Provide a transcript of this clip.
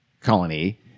colony